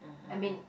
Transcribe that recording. I mean